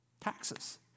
taxes